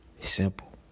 simple